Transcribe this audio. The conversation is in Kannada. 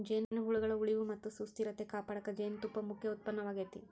ಜೇನುಹುಳಗಳ ಉಳಿವು ಮತ್ತ ಸುಸ್ಥಿರತೆ ಕಾಪಾಡಕ ಜೇನುತುಪ್ಪ ಮುಖ್ಯ ಉತ್ಪನ್ನವಾಗೇತಿ